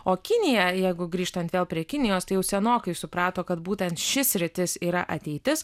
o kinija jeigu grįžtant vėl prie kinijos tai jau senokai suprato kad būtent ši sritis yra ateitis